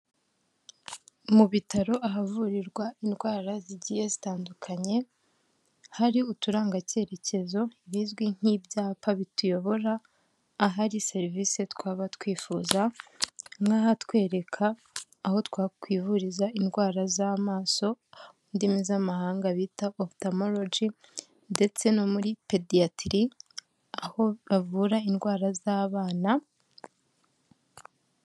Mu bitaro ahavurirwa indwara zigiye zitandukanye, hari uturangacyerekezo bizwi nk'ibyapa bituyobora, ahari serivisi twaba twifuza, nk'ahatwereka aho twakwivuriza indwara z'amaso mu ndimi z'amahanga bita ofutamoroji, ndetse no muri pediyatiri aho bavura indwara z'abana.